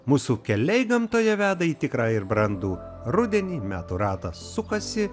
mūsų keliai gamtoje veda į tikrą ir brandų rudenį metų ratas sukasi